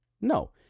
No